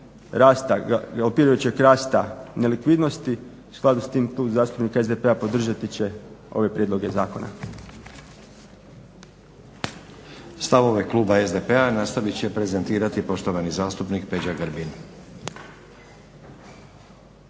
opirajućeg rasta nelikvidnosti. U skladu s tim Klub zastupnika SDP-a podržati će ove prijedloge zakona. **Stazić, Nenad (SDP)** Stavovi kluba SDP-a nastavit će prezentirati poštovani zastupnik Peđa Grbin.